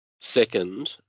Second